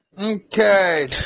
Okay